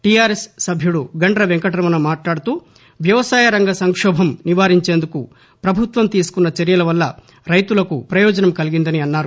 TRS సభ్యుదు గండ్ర వెంకటరమణ మాట్లాడుతూ వ్యవసాయరంగ సంక్షోభం నివారించేందుకు ప్రభుత్వం తీసుకున్న చర్యల వల్ల రైతులకు పయోజనం కలిగిందని అన్నారు